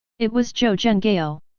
it was zhou zhenghao.